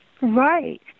Right